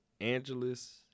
Angeles